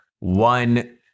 One